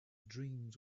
dreams